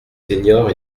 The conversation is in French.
seniors